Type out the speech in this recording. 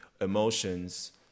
emotions